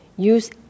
Use